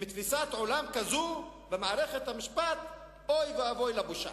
עם תפיסת עולם כזאת במערכת המשפט אוי ואבוי לבושה.